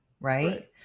Right